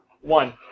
One